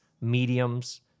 mediums